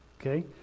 okay